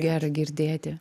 gera girdėti